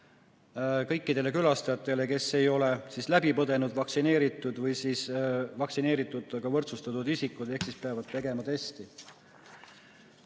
kõikidele külastajatele, kes ei ole läbi põdenud, vaktsineeritud või vaktsineeritutega võrdsustatud isikud, ehk siis peavad tegema testi.